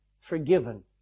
forgiven